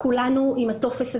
כולנו עם הטופס הזה,